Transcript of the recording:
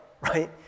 right